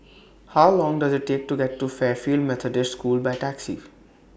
How Long Does IT Take to get to Fairfield Methodist School By Taxi